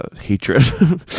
hatred